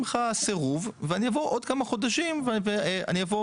לך סירוב ואבוא בעוד כמה חודשים לראות".